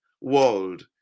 world